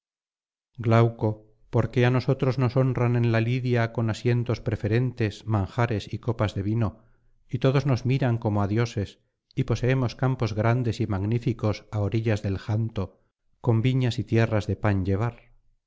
glauco por qué á nosotros nos honran en la licia con asientos preferentes manjares y copas de vino y todos nos miran como á dioses y poseemos campos grandes y magníficos á orillas del janto con viñas y tierras de pan llevar